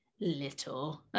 little